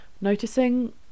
noticing